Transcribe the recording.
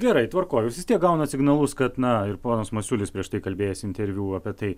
gerai tvarkoj jūs vis tiek gaunat signalus kad na ir ponas masiulis prieš tai kalbėjęs interviu apie tai